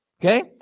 Okay